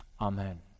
Amen